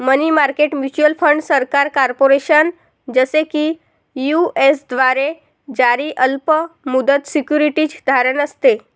मनी market mutual fund सरकार, corporation, जसे की यू.एस द्वारे जारी अल्प मुदत सिक्युरिटीज धारण असते